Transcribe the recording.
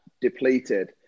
depleted